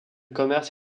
commerce